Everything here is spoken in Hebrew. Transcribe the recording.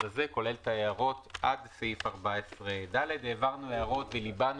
הזה כולל את ההערות עד לסעיף 14ד. העברנו הערות וליבנו